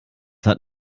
hat